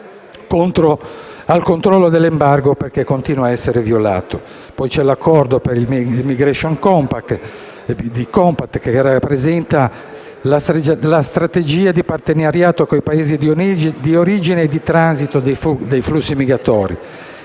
al controllo dell'embargo, che continua a essere violato. Ci sono poi l'accordo per il *migration compact*, che rappresenta la strategia di partenariato con i Paesi di origine e di transito dei flussi migratori,